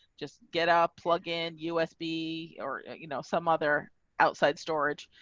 just get up plug in usb or, you know, some other outside storage,